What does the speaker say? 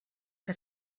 que